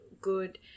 good